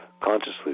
consciously